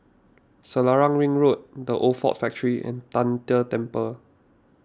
Selarang Ring Road the Old Ford Factor and Tian De Temple